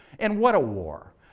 and what a war.